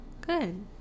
Good